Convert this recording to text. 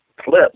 clips